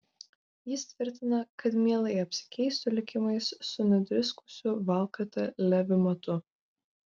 jis tvirtina kad mielai apsikeistų likimais su nudriskusiu valkata leviu matu